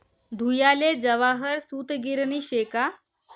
धुयाले जवाहर सूतगिरणी शे का